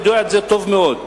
ויודע את זה טוב מאוד,